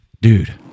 dude